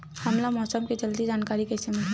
हमला मौसम के जल्दी जानकारी कइसे मिलही?